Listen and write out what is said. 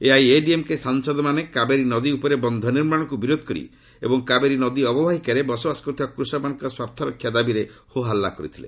ଏଆଇଏଡିଏମ୍କେ ସାଂସଦମାନେ କାବେରୀ ନଦୀ ଉପରେ ବନ୍ଧ ନିର୍ମାଣକୁ ବିରୋଧ କରି ଏବଂ କାବେରୀ ନଦୀ ଅବବାହିକାରେ ବସବାସ କରୁଥିବା କୃଷକମାନଙ୍କ ସ୍ୱାର୍ଥରକ୍ଷା ଦାବିରେ ହୋହାଲ୍ଲା କରିଥିଲେ